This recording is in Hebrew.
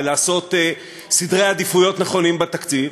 ולעשות סדרי עדיפויות נכונים בתקציב,